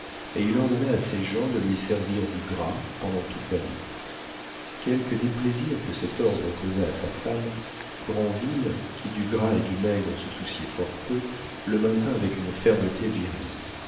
et il ordonna à ses gens de lui servir du gras pendant toute l'année quelque déplaisir que cet ordre causât à sa femme granville qui du gras et du maigre se souciait fort peu le maintint avec une fermeté virile